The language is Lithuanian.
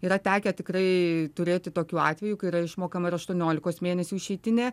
yra tekę tikrai turėti tokių atvejų kai yra išmokama ir aštuoniolikos mėnesių išeitinė